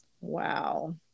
wow